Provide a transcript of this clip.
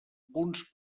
punts